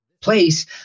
place